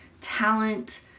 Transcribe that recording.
talent